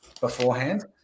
beforehand